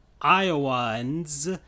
Iowans